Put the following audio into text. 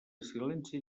silenci